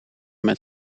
met